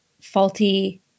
faulty